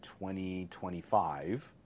2025